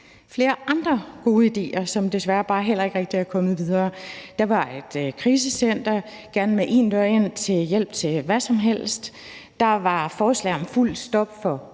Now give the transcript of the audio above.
flere andre gode idéer, som desværre bare heller ikke rigtig er kommet videre. Der var et krisecenter, gerne med én dør ind til hjælp til hvad som helst; der var forslag om fuldt stop for